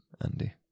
Andy